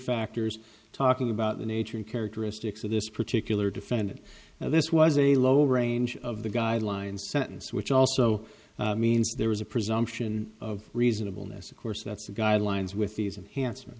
factors talking about the nature and characteristics of this particular defendant this was a low range of the guidelines sentence which also means there was a presumption of reasonable ness of course that's the guidelines with these enhanced